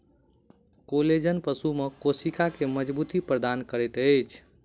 collagen पशु में कोशिका के मज़बूती प्रदान करैत अछि